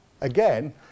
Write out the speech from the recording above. again